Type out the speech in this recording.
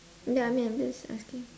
ya I mean I'm just asking